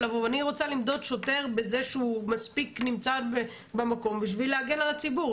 אני רוצה למדוד שוטר בזה שהוא מספיק נמצא במקום בשביל להגן על הציבור.